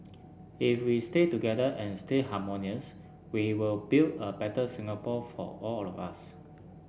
if we stay together and stay harmonious we will build a better Singapore for all of us